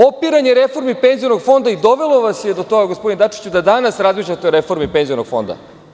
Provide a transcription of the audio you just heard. Opiranje reformi penzionog fonda i dovelo vas je do toga gospodine Dačiću da danas razmišljate o reformi penzionog fonda.